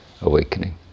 awakening